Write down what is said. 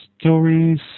stories